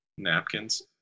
napkins